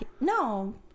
No